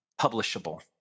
publishable